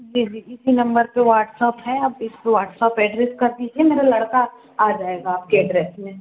जी जी इसी नंबर पर वाट्सअप है आप इस पर वाट्सअप एड्रेस कर दीजिए मेरा लड़का आ जाएगा आपके एड्रेस पे